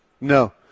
No